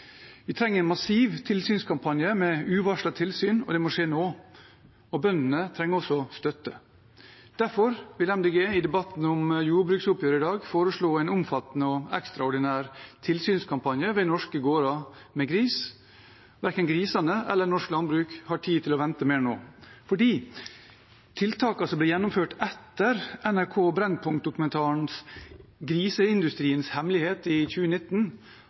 Vi trenger en massiv tilsynskampanje med uvarslede tilsyn, og det må skje nå. Bøndene trenger også støtte. Derfor vil Miljøpartiet De Grønne i debatten om jordbruksoppgjøret i dag foreslå en omfattende og ekstraordinær tilsynskampanje ved norske gårder med gris. Verken grisene eller norsk landbruk har tid til å vente mer nå, for tiltakene som ble gjennomført etter Brennpunkt-dokumentaren «Griseindustriens hemmeligheter» av NRK i 2019,